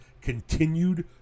continued